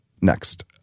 Next